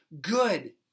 good